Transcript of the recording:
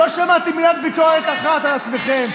לא שמעתי מילת ביקורת אחת על עצמכם.